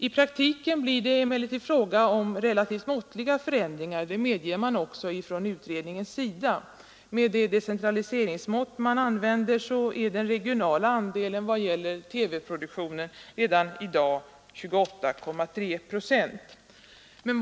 I praktiken blir det dock fråga om relativt måttliga förändringar. Det medger också utredningen. Med de decentraliseringsmått som utredningen använder sig av är den regionala andelen vad gäller TV-produktionen redan i dag 28,3 4.